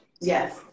Yes